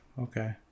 Okay